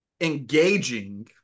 engaging